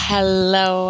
Hello